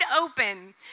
open